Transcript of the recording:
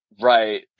Right